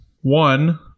One